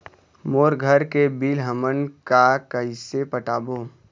मोर घर के बिल हमन का कइसे पटाबो?